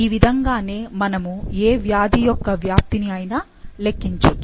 ఈ విధంగానే మనము ఏ వ్యాధి యొక్క వ్యాప్తిని అయినా లెక్కించొచ్చు